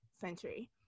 century